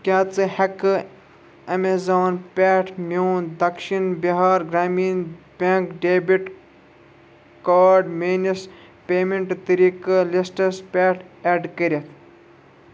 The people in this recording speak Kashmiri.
کیٛاہ ژٕ ہٮ۪کہٕ ایٚمیزان پٮ۪ٹھ میون Dakshin Bihar Gramin Bank debit card میٲنِس پیمنٹ طٔریٖقہٕ لِسٹَس پٮ۪ٹھ ایڈ کٔرِتھ